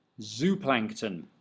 zooplankton